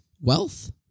wealth